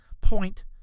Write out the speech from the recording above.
point